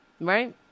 Right